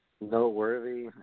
Noteworthy